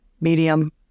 medium